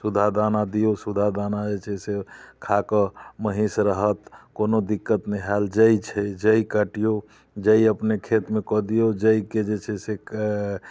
सुधा दाना दियौ सुधा दाना जे छै से खा कऽ महींस रहत कोनो दिक्कत नहि आयल जइ छै जइ कटियौ जइ अपने खेतमे कऽ दियौ जइके जे छै से एंऽ